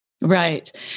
Right